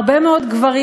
הרבה מאוד גברים,